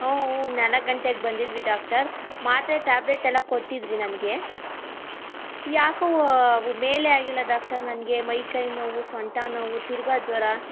ಹ್ಞೂ ಊಂ ನಾಲ್ಕು ಗಂಟೆಗೆ ಬಂದಿದ್ವಿ ಡಾಕ್ಟರ್ ಮಾತ್ರೆ ಟಾಬ್ಲೆಟ್ ಎಲ್ಲ ಕೊಟ್ಟಿದ್ದಿರಿ ನನಗೆ ಯಾಕೋ ಮೇಲೇ ಆಗಿಲ್ಲ ಡಾಕ್ಟರ್ ನನಗೆ ಮೈಕೈ ನೋವು ಸೊಂಟ ನೋವು ತಿರ್ಗಿ ಜ್ವರ